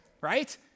right